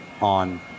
on